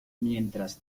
mientras